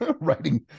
writing